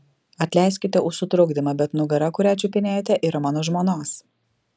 atleiskite už sutrukdymą bet nugara kurią čiupinėjate yra mano žmonos